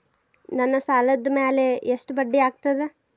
ನನ್ನ ಸಾಲದ್ ಮ್ಯಾಲೆ ಎಷ್ಟ ಬಡ್ಡಿ ಆಗ್ತದ?